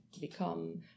become